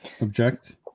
Object